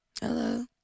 Hello